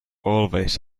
always